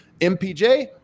MPJ